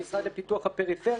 המשרד לפיתוח הפריפריה,